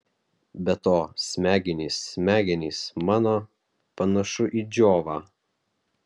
be to smegenys smegenys mano panašu į džiovą